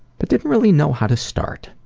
but didn't really know how to start,